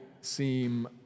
seem